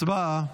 הצבעה.